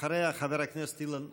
אחריה, חבר הכנסת אילן גילאון.